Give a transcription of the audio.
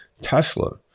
Tesla